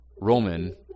Roman